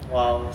!wow!